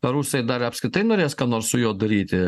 rusai dar apskritai norės ką nors su juo daryti